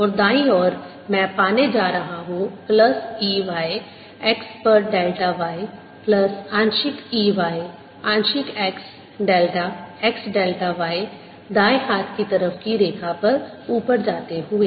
और दाईं ओर मैं पाने जा रहा हूँ प्लस E y x पर डेल्टा y प्लस आंशिक E y आंशिक x delta x delta y दाएँ हाथ की तरफ की रेखा पर ऊपर जाते हुए